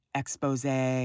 expose